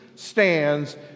stands